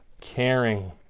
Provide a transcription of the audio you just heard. caring